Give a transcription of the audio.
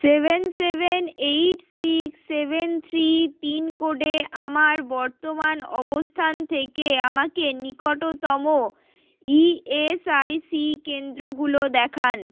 seven seven eight six seven three পিনকোডে আমার বর্তমান অবস্থান থেকে আমাকে নিকটতম ই এস আই সি কেন্দ্রগুলো দেখান